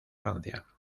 francia